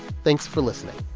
thanks for listening